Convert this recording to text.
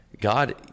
God